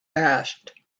asked